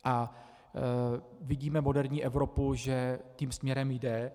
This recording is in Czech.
A vidíme moderní Evropu, že tím směrem jde.